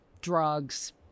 drugs